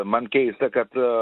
man keista kad